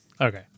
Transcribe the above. Okay